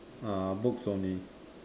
ah books only